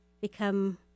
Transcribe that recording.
become